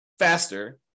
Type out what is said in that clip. faster